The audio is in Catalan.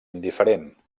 indiferent